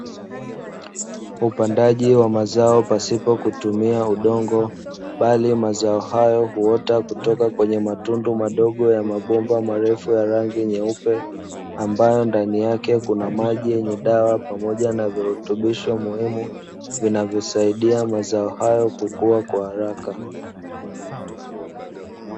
Upandaji wa mazao pasipo kutumia udongo, bali mazao hayo huota kutoka kwenye matundu madogo ya mabomba marefu ya rangi nyeupe, ambayo ndani yake kuna maji yenye dawa pamoja na virutubisho muhimu vinavyosaidia mazao hayo kukua kwa haraka.